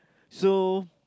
so